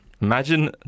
Imagine